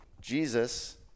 Jesus